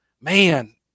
man